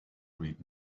read